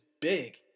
big